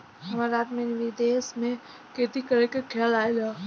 हमरा रात में विदेश में खेती करे के खेआल आइल ह